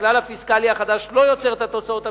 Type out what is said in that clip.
שהכלל הפיסקלי החדש לא יוצר את התוצאות המיוחלות,